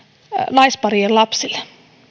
naisparien lapsille